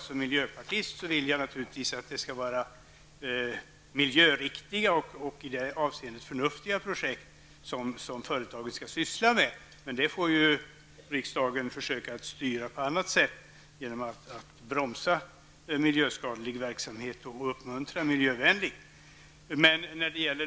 Som miljöpartist vill jag naturligtvis att det skall vara miljöriktiga och i det avseendet förnuftiga projekt som företagen skall syssla med. Men det får riksdagen försöka att styra på annat sätt, genom att bromsa miljöskadlig verksamhet och uppmuntra miljövänlig.